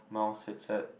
mouse headset